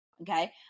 Okay